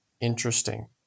interesting